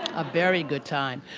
a very good time.